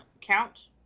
Count